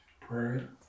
Prayer